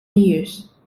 years